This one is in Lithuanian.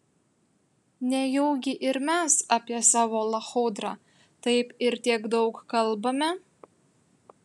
nejaugi ir mes apie savo lachudrą taip ir tiek daug kalbame